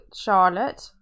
charlotte